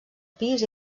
pis